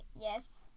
yes